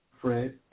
Fred